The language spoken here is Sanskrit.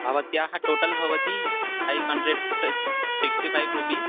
भवत्याः टोटल् भवति फ़ैव् हण्ड्रेड् ट् सिक्स्टि फै़व रुपीस्